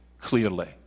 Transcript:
clearly